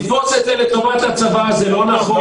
לתפוס את זה לטובת הצבא זה לא נכון.